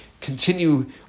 continue